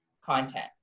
content